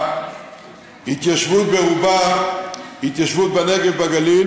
ההתיישבות ברובה היא התיישבות בנגב ובגליל,